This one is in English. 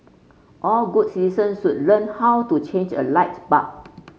all good citizens should learn how to change a light bulb